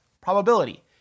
probability